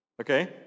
Okay